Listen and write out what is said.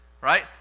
right